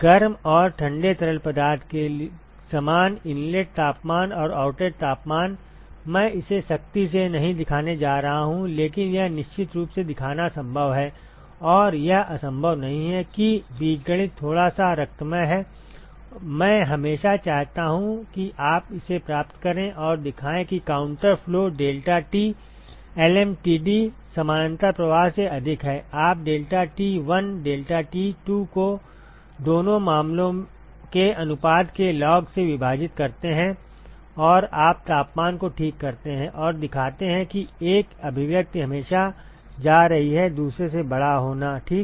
गर्म और ठंडे तरल पदार्थ के समान इनलेट तापमान और आउटलेट तापमान मैं इसे सख्ती से नहीं दिखाने जा रहा हूं लेकिन यह निश्चित रूप से दिखाना संभव है और यह असंभव नहीं है कि बीजगणित थोड़ा सा रक्तमय है मैं हमेशा चाहता हूं कि आप इसे प्राप्त करें और दिखाएं कि काउंटर फ्लो deltaT lmtd समानांतर प्रवाह से अधिक है आप डेल्टा टी 1 डेल्टा टी 2 को दोनों मामलों के अनुपात के लॉग से विभाजित करते हैं और आप तापमान को ठीक करते हैं और दिखाते हैं कि एक अभिव्यक्ति हमेशा जा रही है दूसरे से बड़ा होना ठीक है